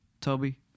Toby